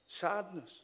sadness